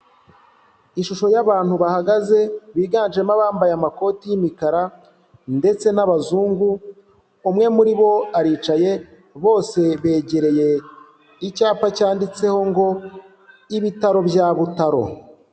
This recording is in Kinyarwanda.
Ishusho y'abantu bahagaze biganjemo abambaye amakoti y'imikara ndetse n'abazungu, umwe muri bo aricaye bose begereye icyapa cyanditseho ngo ibitaro bya Butaro.